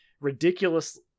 ridiculous